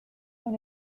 dans